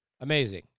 Amazing